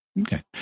Okay